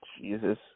Jesus